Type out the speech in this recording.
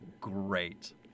great